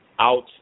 out